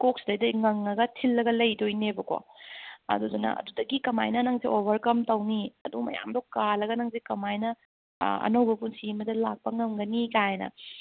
ꯀꯣꯛꯁꯤꯗꯩꯗ ꯉꯪꯂꯒ ꯊꯤꯜꯂꯒ ꯂꯩꯗꯣꯏꯅꯦꯕꯀꯣ ꯑꯗꯨꯗꯨꯅ ꯑꯗꯨꯗꯒꯤ ꯀꯃꯥꯏꯅ ꯅꯪꯁꯦ ꯑꯣꯕꯔꯀꯝ ꯇꯧꯅꯤ ꯑꯗꯨ ꯃꯌꯥꯝꯁꯦ ꯀꯥꯜꯂꯒ ꯅꯪꯁꯦ ꯀꯃꯥꯏꯅ ꯑꯅꯧꯕ ꯄꯨꯟꯁꯤ ꯑꯃꯗ ꯂꯥꯛꯄ ꯉꯝꯒꯅꯤ ꯀꯥꯏꯅ